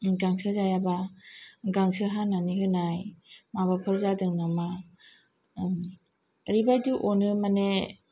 गांसो जायाबा गांसो हानानै होनाय माबाफोर जादोंनामा ओरैबादि अनो माने